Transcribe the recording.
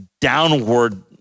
downward